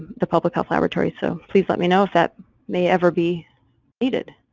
the public health laboratory, so please let me know if that may ever be needed,